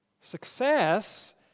Success